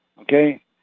okay